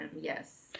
yes